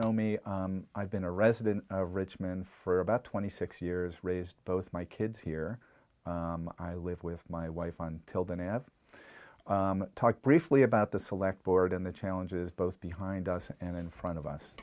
know me i've been a resident of richmond for about twenty six years raised both my kids here i live with my wife until then i've talked briefly about the select board and the challenges both behind us and in front of